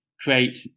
create